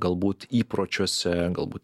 galbūt įpročiuose galbūt